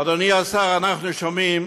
אדוני השר, אנחנו שומעים